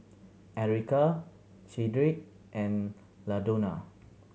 Erykah Cedrick and Ladonna